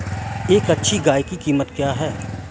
एक अच्छी गाय की कीमत क्या है?